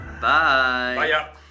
Bye